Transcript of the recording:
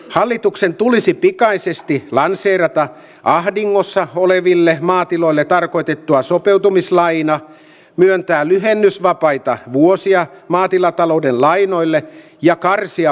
hallituksen tulisi pikaisesti lanseerataan ahdingossa oleville maatiloille tarkoitettua sopeutumislainaa myöntää lyhennysvapaita vuosia maatilatalouden lainoille ja karsia